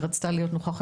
למרות שרצתה להיות בדיון.